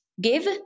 give